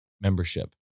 membership